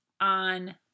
on